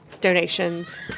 donations